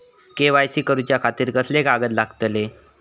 KYC करूच्या खातिर कसले कागद लागतले?